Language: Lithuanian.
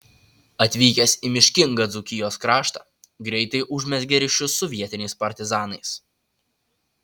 atvykęs į miškingą dzūkijos kraštą greitai užmezgė ryšius su vietiniais partizanais